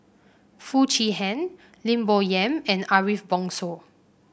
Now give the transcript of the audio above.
Foo Chee Han Lim Bo Yam and Ariff Bongso